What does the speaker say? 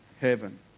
heaven